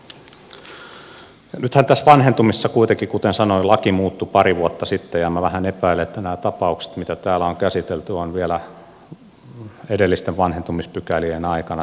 nythän tässä vanhentumisessa kuitenkin kuten sanoin laki muuttui pari vuotta sitten ja minä vähän epäilen että nämä tapaukset mitä täällä on käsitelty ovat vielä edellisten vanhentumispykälien aikaa